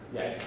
Yes